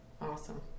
Awesome